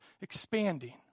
expanding